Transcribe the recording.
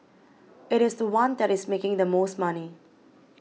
it is the one that is making the most money